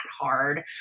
hard